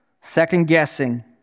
second-guessing